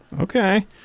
okay